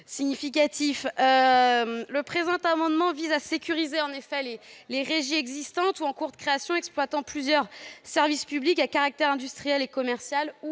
20 rectifié vise à sécuriser les régies existantes ou en cours de création exploitant plusieurs services publics à caractère industriel et commercial,